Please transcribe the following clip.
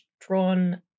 drawn